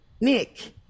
Nick